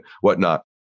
whatnot